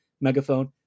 Megaphone